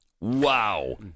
wow